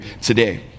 today